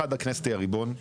אחד, הכנסת היא הריבון.